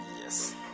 Yes